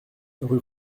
rue